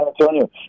Antonio